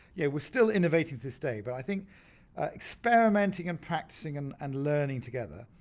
yeah we're still innovating to this day but i think experimenting and practising and and learning together,